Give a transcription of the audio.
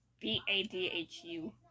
B-A-D-H-U